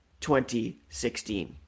2016